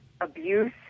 abuse